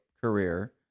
career